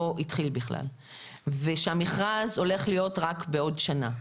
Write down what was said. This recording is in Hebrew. התחיל בכלל ושהמכרז הולך להיות רק בעוד שנה.